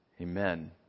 Amen